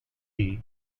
and